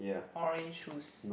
orange shoes